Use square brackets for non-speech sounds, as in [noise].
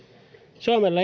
suomella [unintelligible]